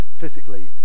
physically